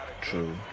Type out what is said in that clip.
True